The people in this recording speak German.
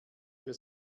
für